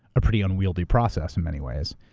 a pretty unwieldy process in many ways.